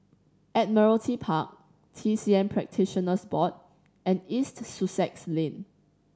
Admiralty Park T C M Practitioners Board and East Sussex Lane